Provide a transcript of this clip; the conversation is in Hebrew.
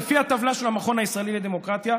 לפי הטבלה של המכון הישראלי לדמוקרטיה,